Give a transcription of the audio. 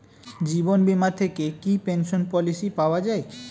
জীবন বীমা থেকে কি পেনশন পলিসি পাওয়া যায়?